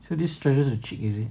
so this stresses you cheek is it